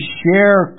share